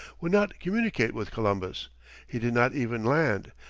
would not communicate with columbus he did not even land,